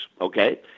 okay